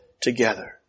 together